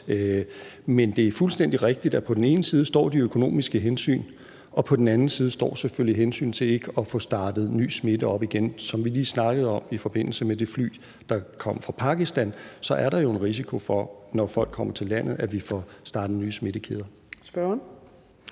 Men det er fuldstændig rigtigt, at på den ene side står de økonomiske hensyn, og på den anden side står selvfølgelig hensynet til ikke at få startet ny smitte op igen. Som vi lige snakkede om i forbindelse med det fly, der kom fra Pakistan, så er der jo en risiko for, når folk kommer til landet, at vi får startet nye smittekæder.